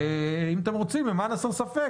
אם אתם רוצים למען הסר ספק,